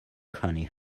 coney